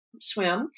swim